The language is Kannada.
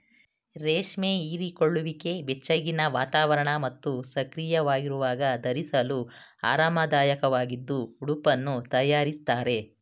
ರೇಷ್ಮೆ ಹೀರಿಕೊಳ್ಳುವಿಕೆ ಬೆಚ್ಚಗಿನ ವಾತಾವರಣ ಮತ್ತು ಸಕ್ರಿಯವಾಗಿರುವಾಗ ಧರಿಸಲು ಆರಾಮದಾಯಕವಾಗಿದ್ದು ಉಡುಪನ್ನು ತಯಾರಿಸ್ತಾರೆ